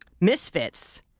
Misfits